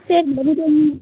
சரிங்க மேடம் கொஞ்சம்